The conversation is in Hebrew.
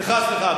סליחה, סליחה.